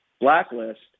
blacklist